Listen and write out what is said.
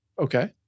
Okay